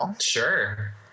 Sure